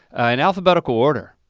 in alphabetical order.